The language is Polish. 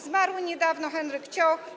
Zmarł niedawno Henryk Cioch.